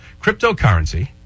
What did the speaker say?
cryptocurrency